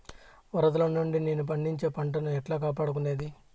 వరదలు నుండి నేను పండించే పంట ను ఎట్లా కాపాడుకునేది?